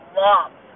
love